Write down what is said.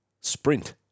sprint